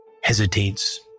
hesitates